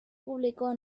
publicó